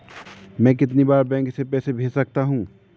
मैं कितनी बार बैंक से पैसे भेज सकता हूँ?